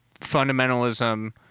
fundamentalism